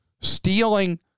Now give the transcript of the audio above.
stealing